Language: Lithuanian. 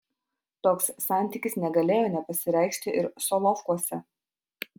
toks santykis negalėjo nepasireikšti ir solovkuose